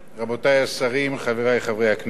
רבותי השרים, חברי חברי הכנסת,